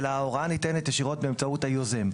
אלא ההוראה ניתנת ישירות באמצעות היוזם.